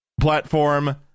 platform